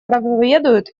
проповедует